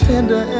Tender